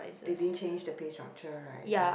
they didn't change the play structure right I think